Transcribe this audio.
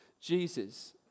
jesus